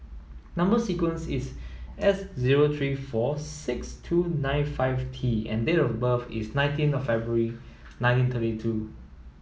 number sequence is S zero three four six two nine five T and date of birth is nineteen of February nineteen thirty two